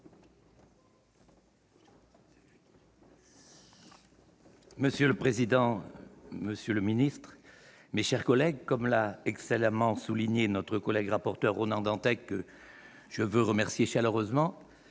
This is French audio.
Monsieur le président, monsieur le secrétaire d'État, mes chers collègues, comme l'a excellemment souligné notre rapporteur Ronan Dantec, que je remercie chaleureusement,